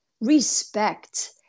Respect